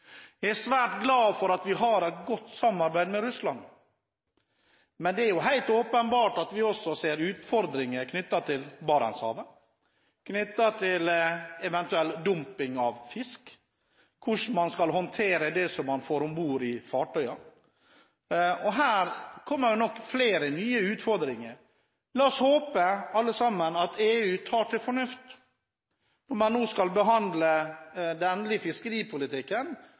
samarbeid med Russland. Men det er helt åpenbart at man ser utfordringer knyttet til Barentshavet, knyttet til eventuell dumping av fisk og hvordan man skal håndtere det man får om bord i fartøyene. Her kommer det nok flere utfordringer. La oss alle sammen håpe at EU tar til fornuft når de nå skal behandle den endelige fiskeripolitikken